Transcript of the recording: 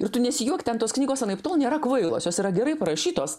ir tu nesijuok ten tos knygos anaiptol nėra kvailos jos yra gerai parašytos